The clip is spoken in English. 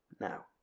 Now